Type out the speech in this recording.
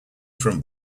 from